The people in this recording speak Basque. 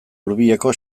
hurbileko